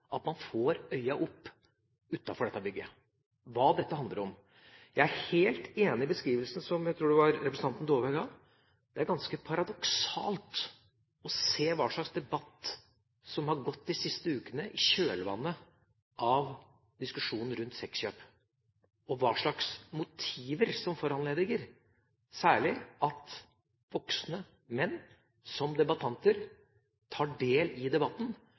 at man får øyene opp utenfor dette bygget for hva dette handler om. Jeg er helt enig i den beskrivelsen, som jeg tror det var representanten Dåvøy som ga, at det er ganske paradoksalt å se hva slags debatt som har gått i de siste ukene i kjølvannet av diskusjonen rundt sexkjøp, og hva slags motiver som foranlediger at særlig voksne menn som tar del i debatten,